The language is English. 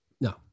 No